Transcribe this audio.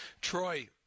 Troy